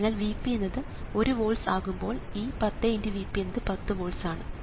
അതിനാൽ Vp എന്നത് 1 volts ആകുമ്പോൾ ഈ 10×Vp എന്നത് 10 വോൾട്സ് ആണ്